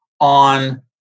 On